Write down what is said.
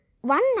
One